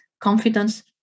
confidence